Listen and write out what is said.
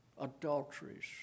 adulteries